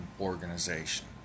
organization